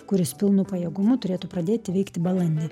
kuris pilnu pajėgumu turėtų pradėti veikti balandį